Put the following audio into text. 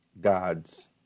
God's